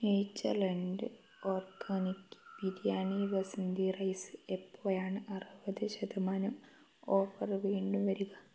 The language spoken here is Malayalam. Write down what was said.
nature land organic biryani basmati rice എപ്പോഴാണ് അറുപത് ശതമാനം ഓഫർ വീണ്ടും വരിക